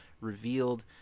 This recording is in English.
revealed